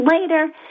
later